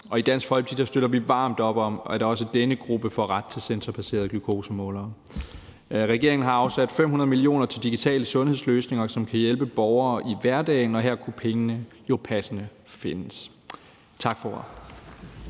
og i Dansk Folkeparti støtter vi varmt op om, at også denne gruppe får ret til sensorbaserede glukosemålere. Regeringen har afsat 500 mio. kr. til digitale sundhedsløsninger, som kan hjælpe borgere i hverdagen, og her kunne pengene jo passende findes. Tak for